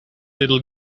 little